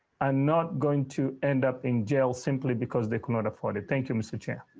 and not going to end up in jail simply because they cannot afford it thank you. mister chair.